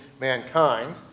mankind